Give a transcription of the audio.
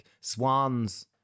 swans